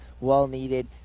Well-needed